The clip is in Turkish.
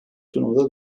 turnuvada